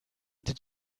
did